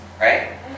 right